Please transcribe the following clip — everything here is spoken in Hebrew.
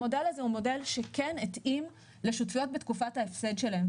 המודל הזה הוא מודל שכן התאים לשותפויות בתקופת ההפסד שלהן,